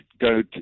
go